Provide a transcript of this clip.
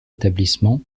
établissement